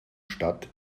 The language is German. stadt